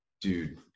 dude